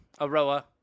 Aroa